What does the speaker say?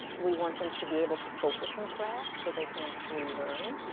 we want them to be able to focus in class, so they can actually learn.